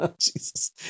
Jesus